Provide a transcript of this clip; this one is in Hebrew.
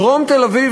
דרום תל-אביב,